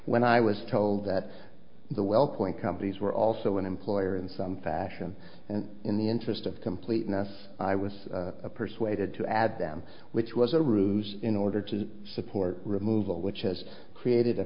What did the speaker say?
when i was told that the well point companies were also an employer in some fashion and in the interest of completeness i was persuaded to add them which was a ruse in order to support removal which has created a